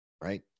right